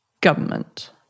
government